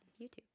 YouTube